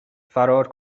فرار